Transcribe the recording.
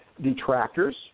detractors